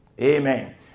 Amen